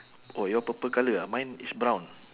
oh your purple colour ah mine is brown